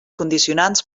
condicionants